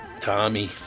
Tommy